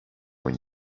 when